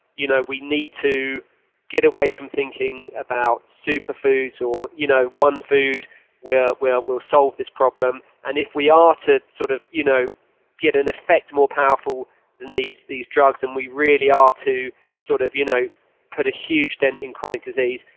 you know we need to get away from thinking about super foods or you know one food will will solve this problem. and if we are to sort of you know get in effect more powerful than these these drugs, then and we really are to sort of you know put a huge dent in chronic disease,